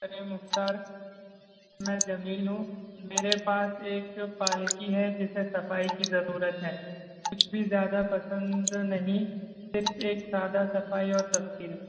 ارے مختار میں جمیل ہوں میرے پاس ایک پالکی ہے جسے صفائی کی ضرورت ہے کچھ بھی زیادہ پسند نہیں صرف ایک سادہ صفائی اور تصویر